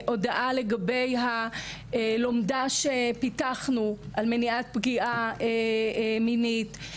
הודעה לגבי לומדה שפיתחנו על מניעת פגיעה מינית,